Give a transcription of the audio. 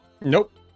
Nope